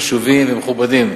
חשובים ומכובדים.